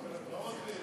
היושב-ראש,